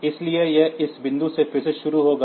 इसलिए यह उस बिंदु से फिर से शुरू होगा